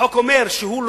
החוק אומר שהוא,